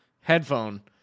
headphone